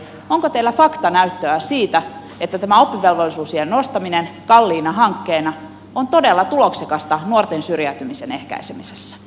onko teillä faktanäyttöä siitä että tämä oppivelvollisuusiän nostaminen kalliina hankkeena on todella tuloksekasta nuorten syrjäytymisen ehkäisemisessä